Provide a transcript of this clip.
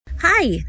hi